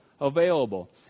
available